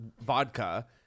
vodka